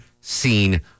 seen